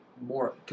more